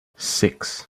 six